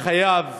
היה חייב